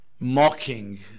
mocking